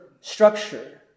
structure